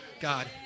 God